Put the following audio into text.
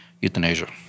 euthanasia